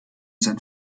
sein